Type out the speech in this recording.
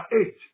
eight